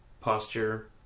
posture